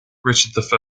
richard